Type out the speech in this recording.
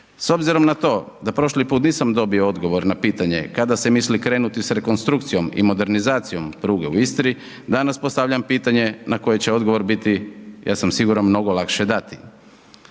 S obzirom na to, da prošli put nisam dobio odgovor na pitanje, kada se misli krenuti s rekonstrukcijom i modernizacijom pruge u Istri, danas postavljam pitanje, na koje će odgovor bit, ja sam siguran, mnogo lakše dati.